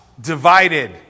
divided